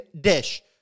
dish